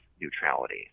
neutrality